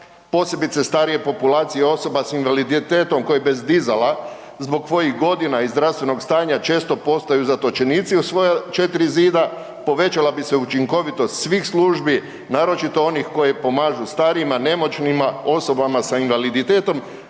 posebice starije populacije i osoba s invaliditetom, koji bez dizala zbog svojih godina i zdravstvenog stanja često postaju zatočenici u svoja četiri zida, povećala bi se učinkovitost svih službi, naročito onih koji pomažu starijima, nemoćnima, osobama s invaliditetom,